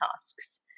tasks